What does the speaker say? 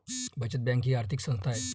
बचत बँक ही आर्थिक संस्था आहे